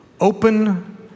Open